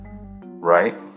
right